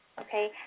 Okay